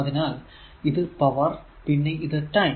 അതിനാൽ ഇത് പവർ പിന്നെ ഇത് ടൈം